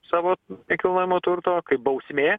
savo nekilnojamo turto kaip bausmė